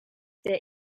der